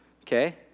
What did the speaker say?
Okay